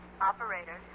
Operator